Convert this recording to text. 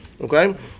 okay